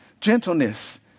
gentleness